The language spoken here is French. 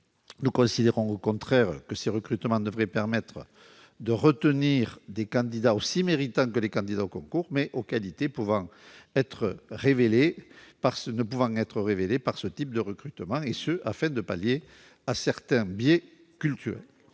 Nous considérons au contraire que ces recrutements devraient permettre de retenir des candidats aussi méritants que les candidats aux concours, mais aux qualités ne pouvant être révélées par ce type de recrutement, afin de pallier certains biais culturels.